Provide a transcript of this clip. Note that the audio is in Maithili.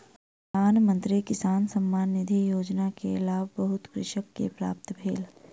प्रधान मंत्री किसान सम्मान निधि योजना के लाभ बहुत कृषक के प्राप्त भेल